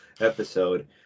episode